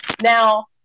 Now